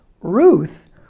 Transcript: Ruth